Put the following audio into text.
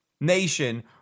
nation